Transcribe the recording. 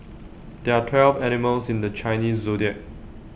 there are twelve animals in the Chinese Zodiac